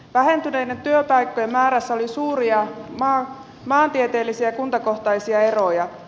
vähentyneiden työpaikkojen määrässä oli suuria maantieteellisiä ja kuntakohtaisia eroja